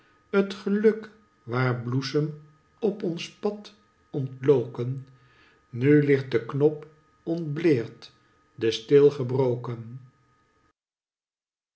t geluk waar bloesem op ons pad ontloken nu ligt de knop ontblaerd de steel gebroken